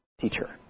teacher